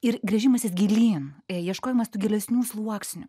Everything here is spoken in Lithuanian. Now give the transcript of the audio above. ir gręžimasis gilyn ieškojimas tų gilesnių sluoksnių